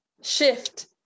shift